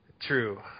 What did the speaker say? True